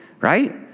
right